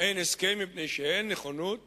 אין הסכם, מפני שאין נכונות